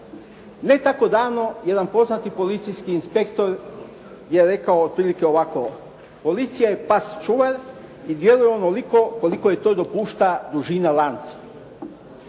Ne tako davno jedan poznati policijski inspektor je rekao otprilike ovako: "Policija je pas čuvar i djeluje onoliko koliko je to dopušta dužina lanca."